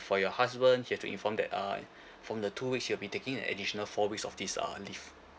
for your husband he have to inform that uh from the two weeks he'll be taking an additional four weeks of this uh leave